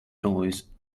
toys